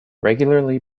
regularly